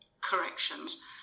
corrections